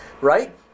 right